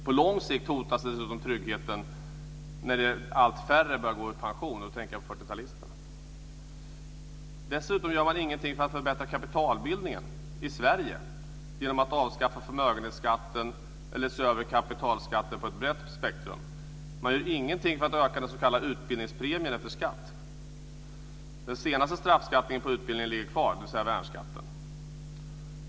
På lång sikt hotas dessutom tryggheten när alltfler går i pension, och då tänker jag på 40 Dessutom gör man ingenting för att förbättra kapitalbildningen i Sverige, t.ex. genom att avskaffa förmögenhetsskatten eller se över kapitalskatter. Man gör ingenting för att öka den s.k. utbildningspremien efter skatt. Den senaste straffskatten på utbildning ligger kvar, dvs. värnskatten.